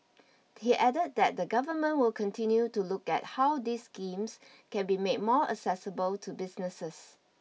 he added that the Government will continue to look at how these schemes can be made more accessible to businesses